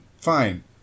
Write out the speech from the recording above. Fine